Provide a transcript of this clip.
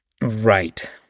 Right